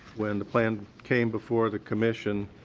when the plan came before the commission,